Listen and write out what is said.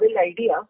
idea